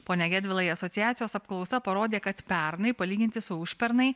pone gedvilai asociacijos apklausa parodė kad pernai palyginti su užpernai